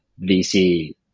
VC